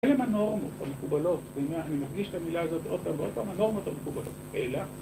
אלה הנורמות המקובלות, אני מפגיש את המילה הזאת באותה מנורמות המקובלות, אלא